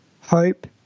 hope